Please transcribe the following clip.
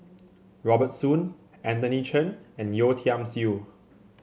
Robert Soon Anthony Chen and Yeo Tiam Siew